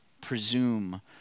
presume